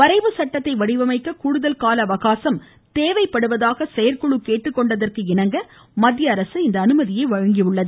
வரைவு சட்டத்தை வடிவமைக்க கூடுதல் கால அவகாசம் தேவைப்படுவதாக செயற்குழு கேட்டுக்கொண்டதற்கு இணங்க மத்திய அரசு அனுமதி வழங்கியுள்ளது